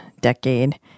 decade